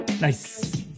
Nice